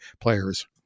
players